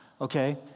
okay